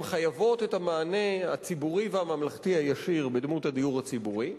חייבים את המענה הציבורי והממלכתי הישיר בדמות הדיור הציבורי.